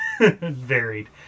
varied